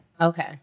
Okay